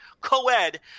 co-ed